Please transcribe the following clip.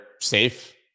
safe